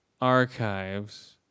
archives